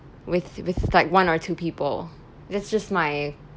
with with like one or two people that's just my